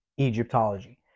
Egyptology